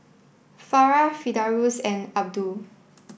Farah Firdaus and Abdul